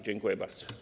Dziękuję bardzo.